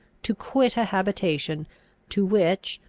to quit a habitation to which,